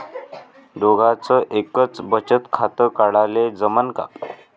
दोघाच एकच बचत खातं काढाले जमनं का?